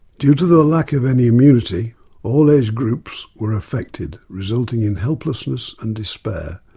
due to the lack of any immunity all age groups were affected, resulting in helplessness and despair.